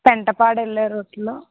పెంటపాడు వెళ్ళే రూట్లో